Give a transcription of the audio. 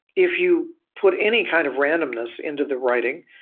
if you put any kind of randomness into the writing,